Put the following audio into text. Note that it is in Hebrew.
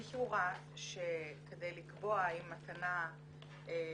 אני סבורה שכדי לקבוע אם מתנה ניתנת